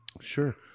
Sure